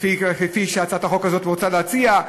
כפי שהצעת החוק הזאת רוצה להציע,